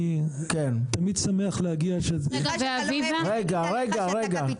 אני שמחה שאתה לא אוהב שנגיד עליך שאתה קפיטליסט.